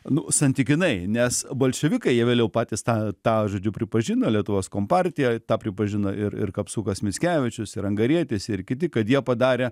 nu santykinai nes bolševikai jie vėliau patys tą tą žodžiu pripažino lietuvos kompartiją tą pripažino ir kapsukas mickevičius ir angarietis ir kiti kad jie padarė